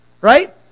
right